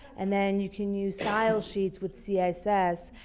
and then you can use style sheets with css,